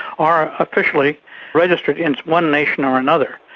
are officially registered in one nation or another.